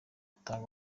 gutanga